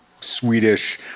Swedish